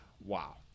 Wow